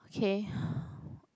K